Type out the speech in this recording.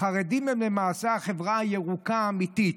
הם למעשה החברה הירוקה האמיתית,